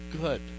good